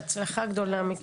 בהצלחה גדולה, מיקי.